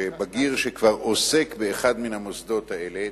שבגיר שכבר עוסק באחד מהמוסדות האלה,